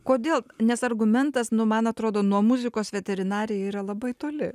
kodėl nes argumentas nu man atrodo nuo muzikos veterinarė yra labai toli